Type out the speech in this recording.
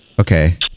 Okay